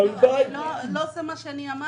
לא זה מה שאמרתי.